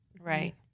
right